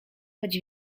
choć